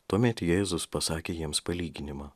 tuomet jėzus pasakė jiems palyginimą